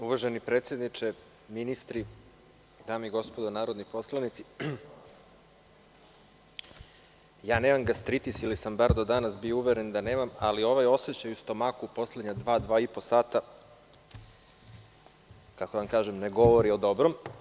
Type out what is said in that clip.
Uvaženi predsedniče, ministri, dame i gospodo narodni poslanici, ja nemam gastritis ili sam bar do danas bio uveren da nemam, ali ovaj osećaj u stomaku poslednja dva, dva i po sata ne govori o dobrom.